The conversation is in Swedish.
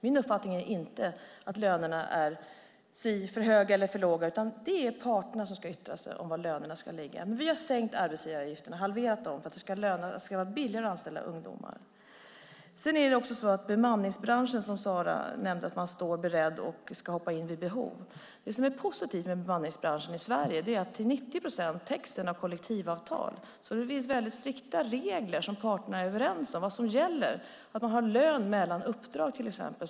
Min uppfattning är inte att lönerna är si för höga eller så för låga, utan det är parterna som ska yttra sig om var lönerna ska ligga. Vi har dock sänkt arbetsgivaravgifterna, halverat dem, för att det ska vara billigare att anställa ungdomar. I bemanningsbranschen är det, som Sara nämnde, så att man står beredd och ska hoppa in vid behov. Det som är positivt med bemanningsbranschen i Sverige är att den till 90 procent täcks av kollektivavtal. Det finns alltså väldigt strikta regler, som parterna är överens om, för vad som gäller. Man har lön mellan uppdrag, till exempel.